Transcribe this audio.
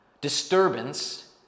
Disturbance